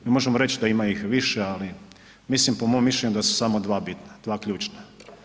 Mi možemo reći da ima ih više ali mislim po mom mišljenju da su dva bitna, dva ključna.